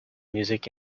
music